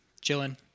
chilling